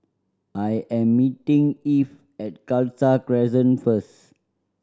I am meeting Eve at Khalsa Crescent first